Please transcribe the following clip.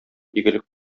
игелек